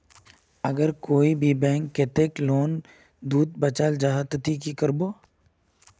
अगर कोई भी बैंक कतेक लोन नी दूध बा चाँ जाहा ते ती की करबो?